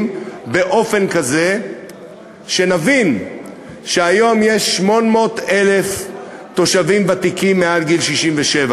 באופן כזה שנבין שהיום יש 800,000 תושבים ותיקים מעל גיל 67,